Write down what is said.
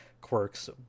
quirks